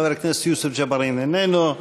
חבר הכנסת יוסף ג'בארין, אינו נוכח.